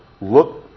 look